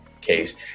case